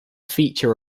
feature